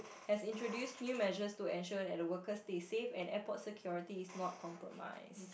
has introduced new measures to ensure that the workers stay safe and airport security is not compromised